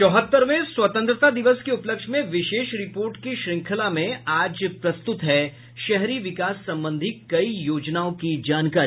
चौहत्तरवें स्वतंत्रता दिवस के उपलक्ष्य में विशेष रिपोर्ट की श्रृंखला में आज प्रस्तुत है शहरी विकास संबंधी कई योजनाओं की जानकारी